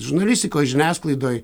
žurnalistikoj žiniasklaidoj